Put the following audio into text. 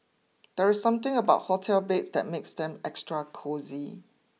there's something about hotel beds that makes them extra cosy